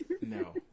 No